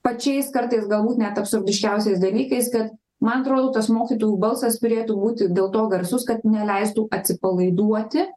pačiais kartais galbūt net absurdiškiausias dalykais kad man atrodo tas mokytojų balsas turėtų būti dėl to garsus kad neleistų atsipalaiduoti